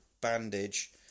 bandage